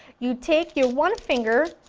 you take your one finger,